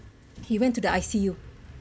he went to the I_C_U